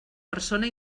persona